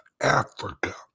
Africa